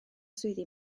swyddi